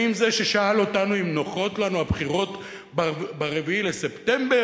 האם זה ששאל אותנו אם נוחות לנו הבחירות ב-4 בספטמבר,